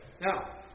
Now